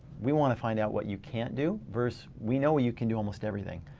we want to find out what you can't do verse, we know what you can do, almost everything.